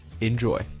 Enjoy